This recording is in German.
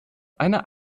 eine